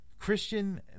Christian